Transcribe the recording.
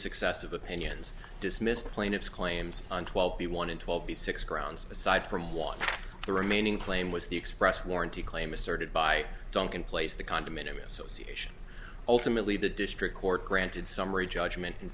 successive opinions dismissed plaintiffs claims on twelve b one in twelve the six grounds aside for water the remaining claim was the express warranty claim asserted by duncan place the condominium association ultimately the district court granted summary judgment in